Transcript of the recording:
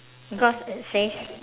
because it says